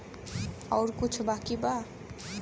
और कुछ बाकी बा?